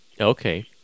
Okay